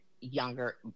younger